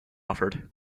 offered